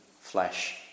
flesh